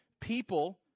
People